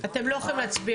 נגד?